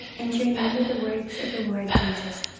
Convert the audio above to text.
and to remember the words of the lord jesus,